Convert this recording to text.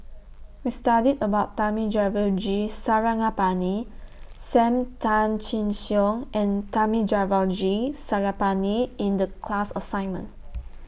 We studied about Thamizhavel G Sarangapani SAM Tan Chin Siong and Thamizhavel G Sarangapani in The class assignment